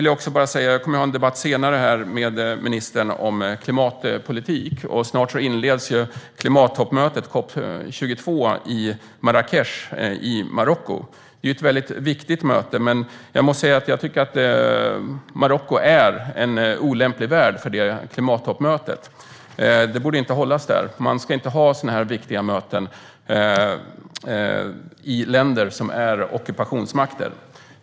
Jag kommer ju att ha en debatt senare här med ministern om klimatpolitik. Snart inleds klimattoppmötet COP 22 i Marrakech i Marocko. Det är ett väldigt viktigt möte, men jag måste säga att jag tycker att Marocko är en olämplig värd för detta klimattoppmöte. Det borde inte hållas där, för man ska inte ha sådana här viktiga möten i länder som är ockupationsmakter.